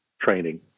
training